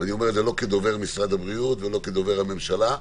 ואני אומר את זה לא כדובר משרד הבריאות ולא כדובר הממשלה,